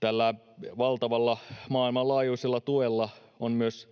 Tällä valtavalla maailmanlaajuisella tuella on myös